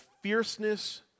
fierceness